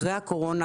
אחרי הקורונה,